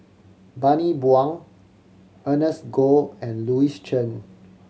Bani Buang Ernest Goh and Louis Chen